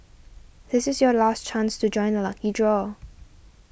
this is your last chance to join the lucky draw